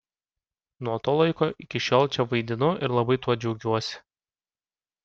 nuo to laiko iki šiol čia vaidinu ir labai tuo džiaugiuosi